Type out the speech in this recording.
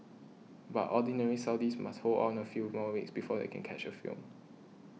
but ordinary Saudis must hold out a few more weeks before they can catch a film